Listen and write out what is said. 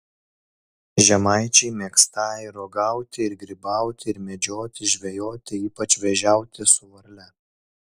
žemaičiai mėgstą ir uogauti ir grybauti ir medžioti žvejoti ypač vėžiauti su varle